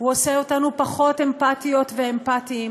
הוא עושה אותנו פחות אמפתיות ואמפתיים,